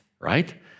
right